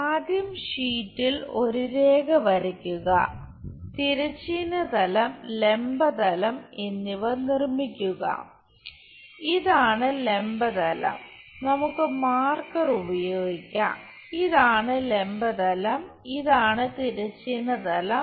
ആദ്യം ഷീറ്റിൽ ഒരു രേഖ വരയ്ക്കുക തിരശ്ചീന തലം ലംബ തലം എന്നിവ നിർമ്മിക്കുക ഇതാണ് ലംബ തലം നമുക്ക് മാർക്കർ ഉപയോഗിക്കാം ഇതാണ് ലംബ തലം ഇതാണ് തിരശ്ചീന തലം